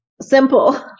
simple